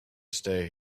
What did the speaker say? stay